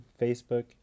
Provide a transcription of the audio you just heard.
Facebook